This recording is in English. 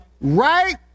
Right